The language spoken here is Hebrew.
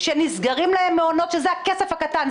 שנסגרים להם מעונות שזה הכסף הקטן,